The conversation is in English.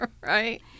Right